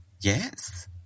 Yes